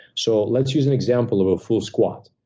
so let's use an example of a full squat,